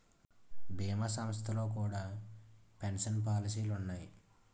భీమా సంస్థల్లో కూడా పెన్షన్ పాలసీలు ఉన్నాయి